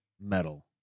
metal